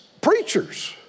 preachers